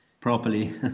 properly